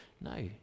No